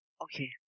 Okay